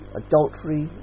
adultery